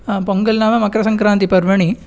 पोङ्गल् नाम मकरसङ्क्रान्तिपर्वणि